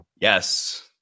Yes